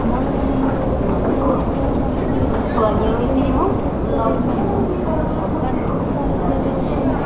ମହିଳା ମାନଙ୍କୁ ଆମ ଓଡ଼ିଶା ମଧ୍ୟରେ ରାଜନୀତି କ୍ଷେତ୍ରରେ ମଧ୍ୟ ଦିଆଯାଉଛନ୍ତି